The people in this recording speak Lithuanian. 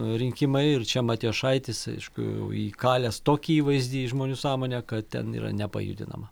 rinkimai ir čia matijošaitis aišku įkalęs tokį įvaizdį į žmonių sąmonę kad ten yra nepajudinama